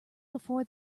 before